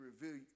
reveal